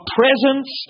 presence